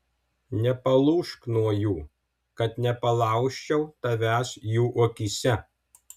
nepalūžk nuo jų kad nepalaužčiau tavęs jų akyse